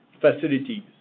facilities